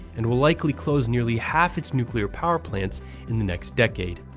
and will likely close nearly half its nuclear power plants in the next decade.